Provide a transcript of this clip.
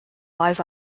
lies